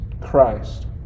Christ